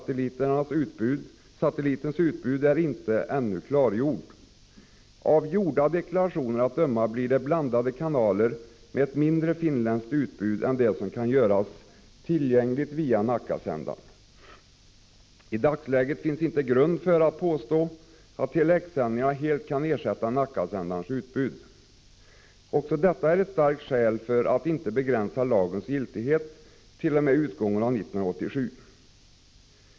Tele-X-satellitens utbud är ännu inte fastställt. Av gjorda deklarationer att döma blir det blandade kanaler med ett mindre finländskt utbud än det som kan göras tillgängligt via Nackasändaren. I dagsläget finns det inte grund för att påstå att Tele-X-sändningarna helt kan ersätta Nackasändarens utbud. Också detta är ett starkt skäl för att inte begränsa lagens giltighet t.o.m. utgången av 1987.